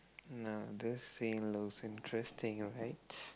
now this seems interesting right